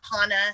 Hana